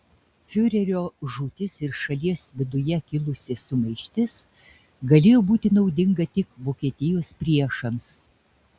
fiurerio žūtis ir šalies viduje kilusi sumaištis galėjo būti naudinga tik vokietijos priešams